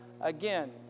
again